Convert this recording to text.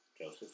Joseph